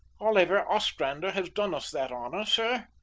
oliver ostrander has done us that honour, sir.